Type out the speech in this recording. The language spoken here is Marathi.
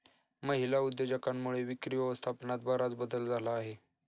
महिला उद्योजकांमुळे विक्री व्यवस्थापनात बराच बदल झाला आहे